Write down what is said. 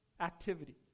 activity